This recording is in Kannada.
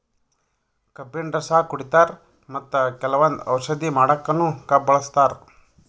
ಕಬ್ಬಿನ್ ರಸ ಕುಡಿತಾರ್ ಮತ್ತ್ ಕೆಲವಂದ್ ಔಷಧಿ ಮಾಡಕ್ಕನು ಕಬ್ಬ್ ಬಳಸ್ತಾರ್